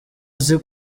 uzi